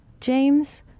James